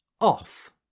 off